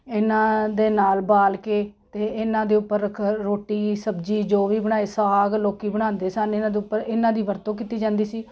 ਇਹਨਾਂ ਦੇ ਨਾਲ ਬਾਲ ਕੇ ਅਤੇ ਇਹਨਾਂ ਦੇ ਉੱਪਰ ਰਖ ਰੋਟੀ ਸਬਜ਼ੀ ਜੋ ਵੀ ਬਣਾਈ ਸਾਗ ਲੋਕ ਬਣਾਉਂਦੇ ਸਨ ਇਹਨਾਂ ਦੇ ਉੱਪਰ ਇਹਨਾਂ ਦੀ ਵਰਤੋਂ ਕੀਤੀ ਜਾਂਦੀ ਸੀ